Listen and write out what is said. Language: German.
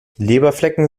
leberflecken